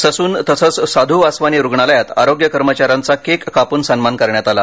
Sassoon तसच साधू वासवानी रुग्णालयात आरोग्य कर्मचाऱ्यांचा केक कापून सन्मान करण्यात आला